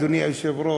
אדוני היושב-ראש,